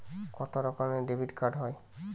কত রকমের ডেবিটকার্ড হয়?